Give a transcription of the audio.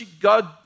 God